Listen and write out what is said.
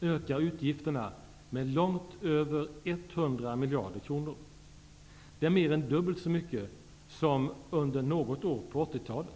ökar utgifterna med långt över 100 miljarder kronor. Det är mer än dubbelt så mycket som under något år på 80-talet.